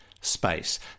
space